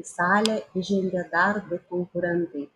į salę įžengia dar du konkurentai